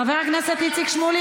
חבר הכנסת איציק שמולי,